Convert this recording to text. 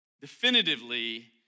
definitively